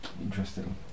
Interesting